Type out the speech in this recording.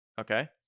okay